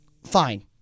Fine